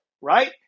right